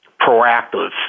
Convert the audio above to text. proactive